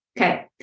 Okay